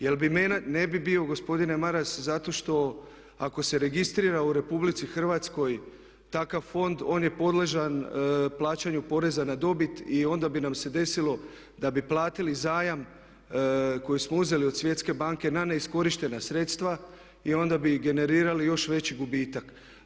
Jer, … ne bi bio gospodine Maras zato što ako se registrira u RH takav fond on je podložan plaćanju poreza na dobit i onda bi nam se desilo da bi platili zajam koji smo uzeli od Svjetske banke na neiskorištena sredstva i onda bi generirali još veći gubitak.